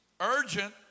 Urgent